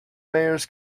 mayors